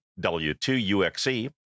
W2UXE